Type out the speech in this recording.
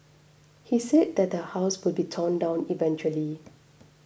he said that the house will be torn down eventually